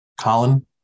Colin